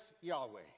Yahweh